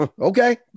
Okay